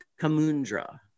Kamundra